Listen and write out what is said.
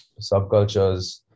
subcultures